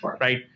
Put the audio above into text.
right